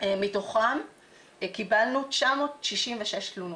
מתוכם קיבלנו 966 תלונות.